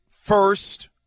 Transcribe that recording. first